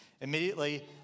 Immediately